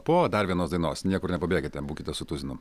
po dar vienos dainos niekur nepabėkite būkite su tuzinu